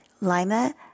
lima